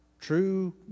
True